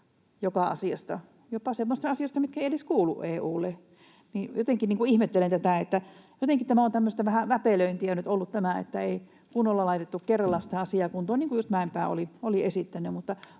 jopa semmoisista asioista, mitkä eivät edes kuulu EU:lle. Jotenkin ihmettelen tätä. Jotenkin tämä on tämmöistä vähän väpelöintiä nyt ollut, että ei kunnolla laitettu kerralla sitä asiaa kuntoon, niin kuin just Mäenpää oli esittänyt.